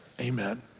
Amen